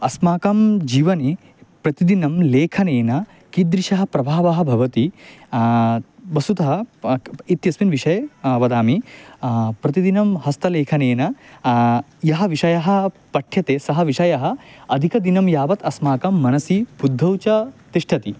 अस्माकं जीवने प्रतिदिनं लेखनेन कीदृशः प्रभावः भवति वस्तुतः इत्यस्मिन् विषये वदामि प्रतिदिनं हस्तलेखनेन यः विषयः पठ्यते सः विषयः अधिकदिनं यावत् अस्माकं मनसि बुद्धौ च तिष्ठति